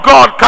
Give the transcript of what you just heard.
God